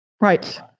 Right